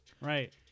Right